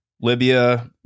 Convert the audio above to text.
Libya